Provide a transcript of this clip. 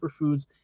superfoods